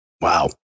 Wow